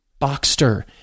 Boxster